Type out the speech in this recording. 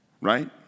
right